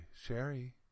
sherry